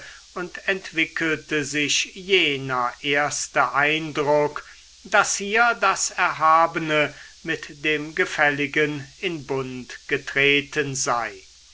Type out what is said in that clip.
und entwickelte sich jener erste eindruck daß hier das erhabene mit dem gefälligen in bund getreten sei